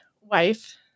wife